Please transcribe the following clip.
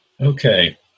Okay